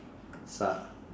star